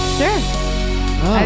sure